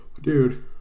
dude